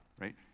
right